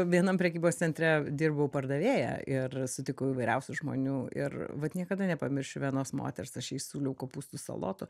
vienam prekybos centre dirbau pardavėja ir sutikau įvairiausių žmonių ir vat niekada nepamiršiu vienos moters aš jai siūliau kopūstų salotų